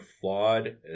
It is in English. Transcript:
flawed